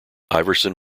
iverson